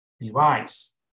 device